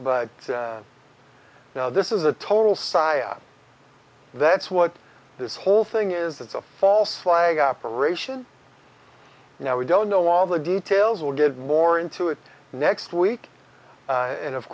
but now this is a total psyop that's what this whole thing is it's a false flag operation now we don't know all the details we'll get more into it next week and of